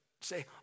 say